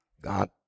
God